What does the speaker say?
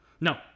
No